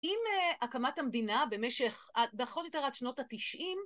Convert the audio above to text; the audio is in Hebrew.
עם אה... הקמת המדינה במשך... עד, פחות יותר עד שנות התשעים